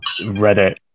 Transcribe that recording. reddit